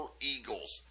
Eagles